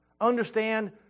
understand